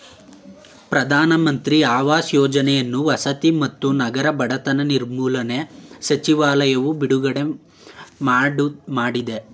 ಪ್ರಧಾನ ಮಂತ್ರಿ ಆವಾಸ್ ಯೋಜನೆಯನ್ನು ವಸತಿ ಮತ್ತು ನಗರ ಬಡತನ ನಿರ್ಮೂಲನೆ ಸಚಿವಾಲಯವು ಬಿಡುಗಡೆ ಮಾಡಯ್ತೆ